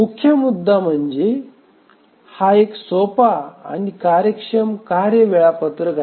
मुख्य मुद्दा म्हणजे हा एक सोपा आणि कार्यक्षम कार्य वेळापत्रक आहे